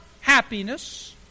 happiness